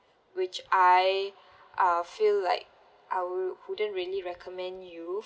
which I uh feel like I wou~ wouldn't really recommend you